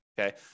okay